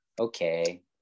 okay